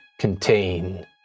contain